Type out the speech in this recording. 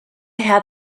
had